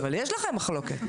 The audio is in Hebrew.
אבל יש לכם מחלוקת.